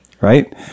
Right